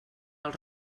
els